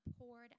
Poured